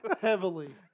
Heavily